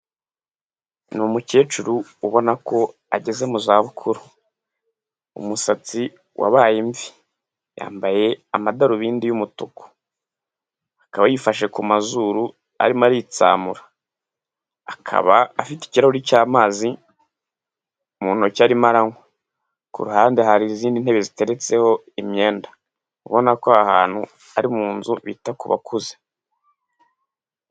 Ni umukecuru ubona ko ageze mu zabukuru. Umusatsi wabaye imvi. Yambaye amadarubindi y'umutuku. Akaba yifashe ku mazuru arimo aritsamura. Akaba afite ikirahuri cy'amazi mu ntoki arimo aranywa. Ku ruhande hari izindi ntebe ziteretseho imyenda. Ubona ko aha hantu ari mu nzu bita ku bakuze.